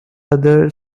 other